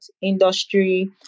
industry